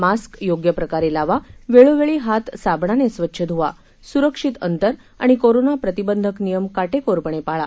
mask योग्य प्रकारे लावा वेळोवेळी हात साबणाने स्वच्छ धुवा सुरक्षित अंतर आणि कोरोना प्रतिबंधक नियम काटेकोरपणे पाळा